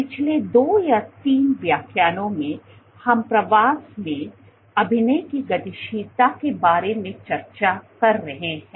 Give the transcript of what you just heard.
पिछले 2 3 व्याख्यानों में हम प्रवास में अभिनय की गतिशीलता के बारे में चर्चा कर रहे हैं